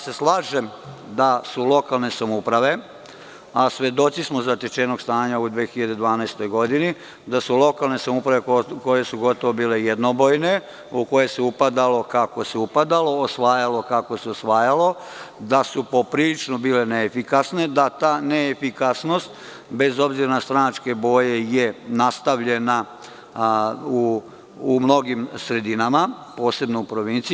Slažem se da su lokalne samouprave, a svedoci smo zatečenog stanja u 2012. godini, da su lokalne samouprave koje su gotovo bile jednobojne, u koje se upadalo kako se upadalo, osvajalo kako se osvajalo, da su poprilično bile neefikasne i da ta neefikasnost, bez obzira na stranačke boje je nastavljena u mnogim sredinama, posebno u provinciji.